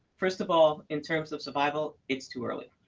first of all, in terms of survival, it's too early.